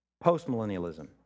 post-millennialism